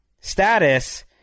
status